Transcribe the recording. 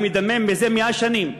המדמם זה 100 שנים,